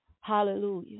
Hallelujah